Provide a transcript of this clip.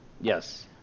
Yes